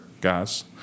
guys